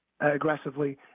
aggressively